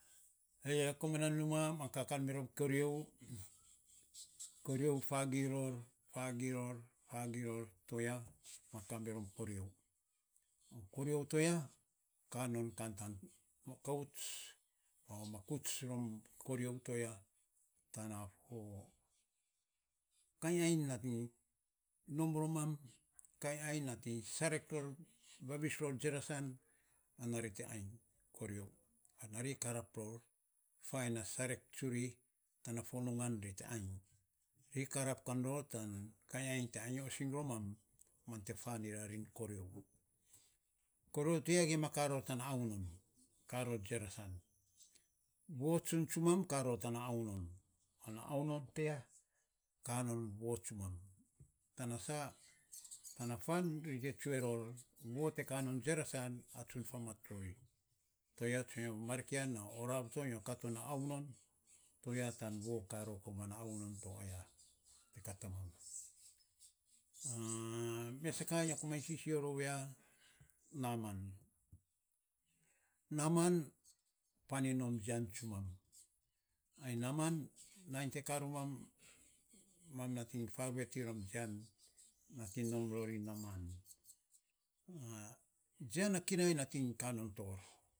E ye komana numa mam ka kan mirom. Kereu. Kereu to ya gima kaa ror tan augits voo tsun tsumam ri te tsue ror voo te kai non jeresan, atsun famat rori voo tsun tsumam ka rof tana aunon kainy ainy roman, koro ti ya gima karor tana aurom, karor jeresan. voo tsun stumam kaa ror tang agoom ana agom ti ya, kaa non voo stumam ta na sa tana fan ri te stue ror voo te ka ror jeresan atsun famat rori tohia sana nyo orav to ge marikian nyo kat to na aunom to ya an voo kaa ror komana aunom te kata mam san mesa ka nyo komainy sisio iny rou ya naman, naman pan iny nom jisan tsumam, ai naman nai te karomam, mamnating farueting rom jian nating nom rori naman jian a kinai nating ka ror tor.